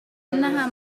إنها